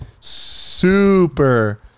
super